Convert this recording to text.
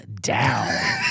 down